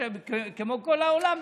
כמו כל העולם,